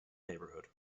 neighborhood